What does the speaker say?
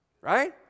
Right